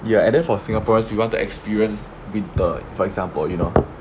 ya and then for singaporeans we want to experience winter for example you know